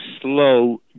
slow